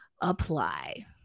apply